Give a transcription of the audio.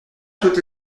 toutes